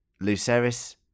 Luceris